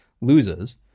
loses